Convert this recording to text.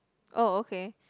oh okay